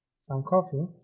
some coffee